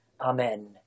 amen